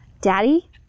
Daddy